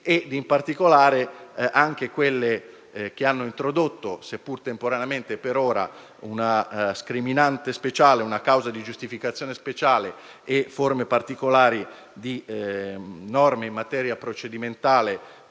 e, in particolare, anche quelle che hanno introdotto, seppur temporaneamente, per ora, una scriminante speciale, una causa di giustificazione speciale e norme particolari in materia procedimentale